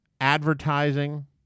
Advertising